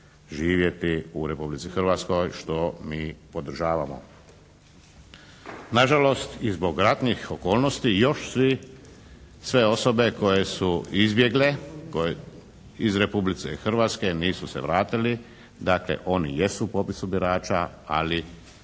živjeti u Republici Hrvatskoj što mi podržavamo. Nažalost, i zbog ratnih okolnosti još svi, sve osobe koje su izbjegle iz Republike Hrvatske, nisu se vratili, dakle oni jesu u popisu birača ali